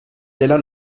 della